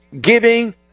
Giving